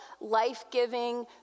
life-giving